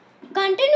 continue